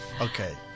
Okay